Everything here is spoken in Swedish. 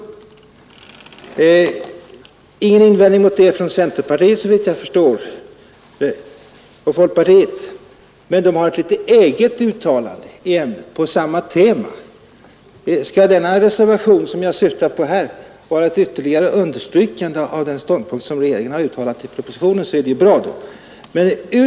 Man har såvitt jag förstår inom centerpartiet och folkpartiet ingen invändning mot detta men har gjort ett eget uttalande igen på samma tema. Om den reservation som jag här syftar på skulle innebära ett ytterligare understrykande av den ståndpunkt som regeringen har intagit i propositionen, är det ju bra.